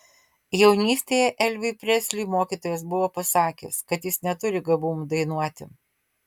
jaunystėje elviui presliui mokytojas buvo pasakęs kad jis neturi gabumų dainuoti